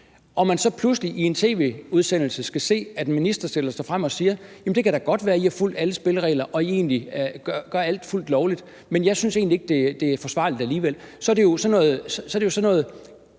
og man så pludselig i en tv-udsendelse kan se, at en minister stiller sig frem og siger, at det da godt kan være, at man har fulgt alle spilleregler, og at man egentlig gør alt fuldt lovligt, men at ministeren egentlig ikke synes, det er forsvarligt alligevel, så er det jo sådan noget